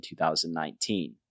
2019